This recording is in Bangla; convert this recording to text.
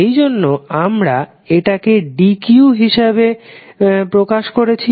সেইজন্য আমারা এটাকে dq হিসাবে প্রকাশ করেছি